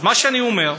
אז מה שאני אומר,